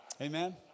Amen